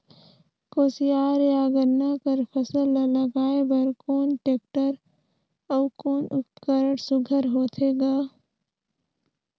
कोशियार या गन्ना कर फसल ल लगाय बर कोन टेक्टर अउ उपकरण सुघ्घर होथे ग?